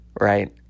right